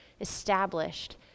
established